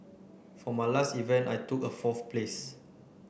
for my last event I took a fourth place